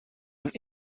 een